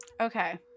Okay